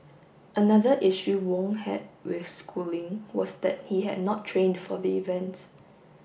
another issue Wong had with schooling was that he had not trained for the event